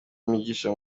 n’imigisha